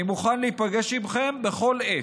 אני מוכן להיפגש עימכם בכל עת,